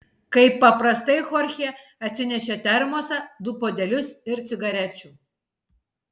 kaip paprastai chorchė atsinešė termosą du puodelius ir cigarečių